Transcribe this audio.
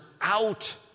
out